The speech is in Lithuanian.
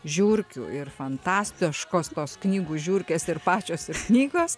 žiurkių ir fantastiškos tos knygų žiurkės ir pačios knygos